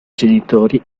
genitori